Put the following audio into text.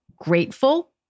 grateful